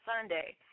Sunday